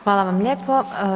Hvala vam lijepo.